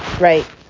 right